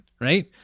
Right